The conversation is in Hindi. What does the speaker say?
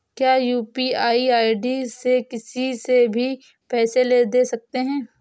क्या यू.पी.आई आई.डी से किसी से भी पैसे ले दे सकते हैं?